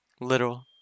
little